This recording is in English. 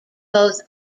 both